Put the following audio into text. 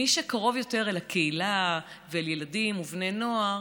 מי שקרוב יותר אל הקהילה ואל ילדים ובני נוער